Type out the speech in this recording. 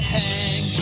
hang